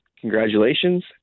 congratulations